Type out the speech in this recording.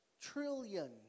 Trillion